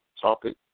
topic